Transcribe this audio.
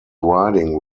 riding